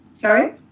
Sorry